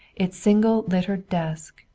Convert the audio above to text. its single littered desk,